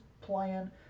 playing